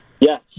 Yes